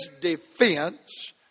defense